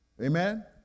Amen